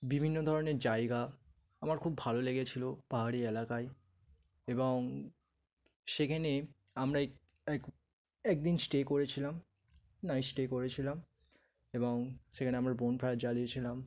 বিভিন্ন ধরনের জায়গা আমার খুব ভালো লেগেছিল পাহাড়ি এলাকায় এবং সেখানে আমরা এক এক এক দিন স্টে করেছিলাম নাইট স্টে করেছিলাম এবং সেখানে আমরা বনফায়ার জ্বালিয়েছিলাম